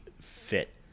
fit